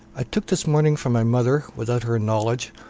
i took this morning from my mother, without her knowledge,